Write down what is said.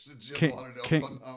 king